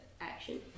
action